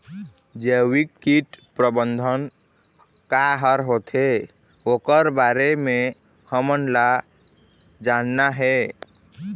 जैविक कीट प्रबंधन का हर होथे ओकर बारे मे हमन ला जानना हे?